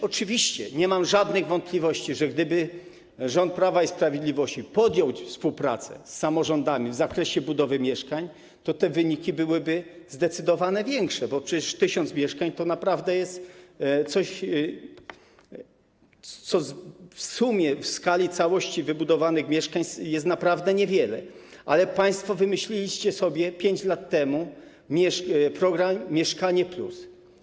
Oczywiście nie mam żadnych wątpliwości, że gdyby rząd Prawa i Sprawiedliwości podjął współpracę z samorządami w zakresie budowy mieszkań, to te wyniki byłyby zdecydowanie lepsze, bo przecież tysiąc mieszkań to w sumie, w skali wszystkich wybudowanych mieszkań, jest naprawdę niewiele, ale państwo wymyśliliście sobie 5 lat temu program „Mieszkanie+”